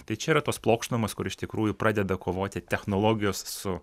tai čia yra tos plokštumos kur iš tikrųjų pradeda kovoti technologijos su